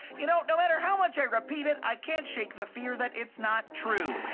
you know, no matter how much i repeat it, i can't shake the fear that it's not true.